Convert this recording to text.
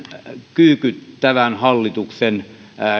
kyykyttävän hallituksen